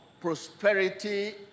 prosperity